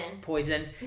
poison